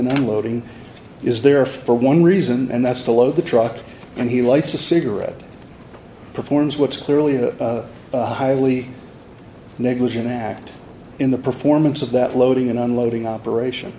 unloading is there for one reason and that's to load the truck and he lights a cigarette performs what's clearly a highly negligent act in the performance of that loading and unloading operation